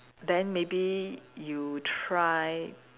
then maybe you try